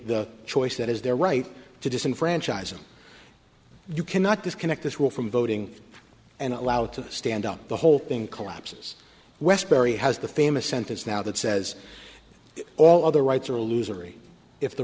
the choice that is their right to disenfranchise them you cannot disconnect this war from voting and allow to stand up the whole thing collapses westbury has the famous sentence now that says all other rights are a loser e if the